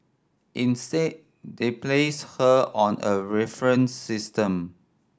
instead they placed her on a reference system